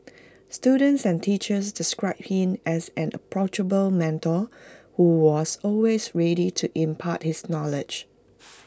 students and teachers described him as an approachable mentor who was always ready to impart his knowledge